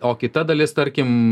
o kita dalis tarkim